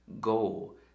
goal